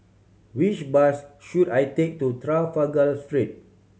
which bus should I take to Trafalgar Street